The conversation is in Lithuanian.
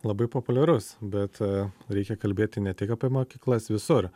labai populiarus bet reikia kalbėti ne tik apie mokyklas visur